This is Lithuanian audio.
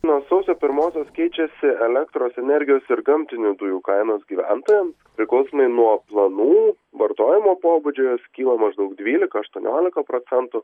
nuo sausio pirmosios keičiasi elektros energijos ir gamtinių dujų kainos gyventojam priklausomai nuo planų vartojimo pobūdžio jos kyla maždaug dvylika aštuoniolika procentų